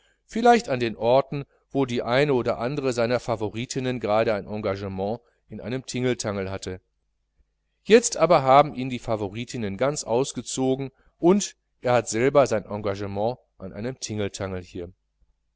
vielleicht an den orten wo die eine oder andere seiner favoritinnen gerade ein engagement an einem tingeltangel hatte jetzt aber haben ihn die favoritinnen ganz ausgezogen und er hat selber ein engagement an einem tingeltangel hier